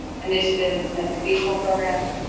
initiatives, and educational programs.